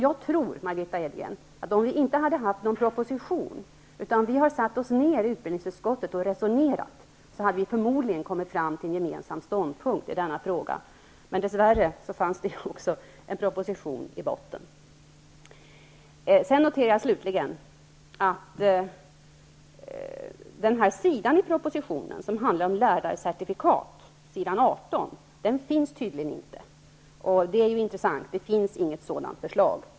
Jag tror, Margitta Edgren, att om vi inte hade haft någon proposition utan i stället hade satt oss ned i utbildningsutskottet och resonerat, hade vi förmodligen kommit fram till en gemensam ståndpunkt i denna fråga. Men dess värre fanns det också en proposition i botten. Slutligen noterar jag att den sida i propositionen, s. 18, som handlar om lärarcertifikat tydligen inte finns. Det är intressant -- det finns inget sådant förslag.